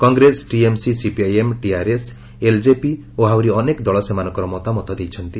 କଂଗ୍ରେସ ଟିଏମସି ସିପିଆଇଏମ ଟିଆରଏସ ଏଲଜେପି ଓ ଆହୁରି ଅନେକ ଦଳ ସେମାନଙ୍କର ମତାମତ ଦେଇଛନ୍ତି